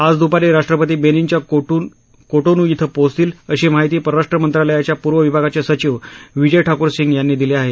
आज दुपारी राष्ट्रपती बेनीनच्या कोटोनू इथं पोहोचतील अशी माहिती परराष्ट्र मंत्रालयाच्या पूर्व विभागाचे सचिव विजय ठाकूर सिंह यांनी दिली आहे